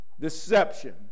Deception